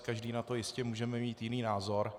Každý na to jistě můžeme mít jiný názor.